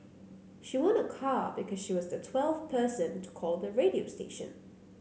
she won a car because she was the twelfth person to call the radio station